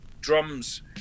drums